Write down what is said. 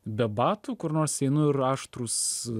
be batų kur nors einu ir aštrūs